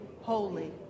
holy